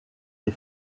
des